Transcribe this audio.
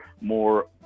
more